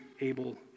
able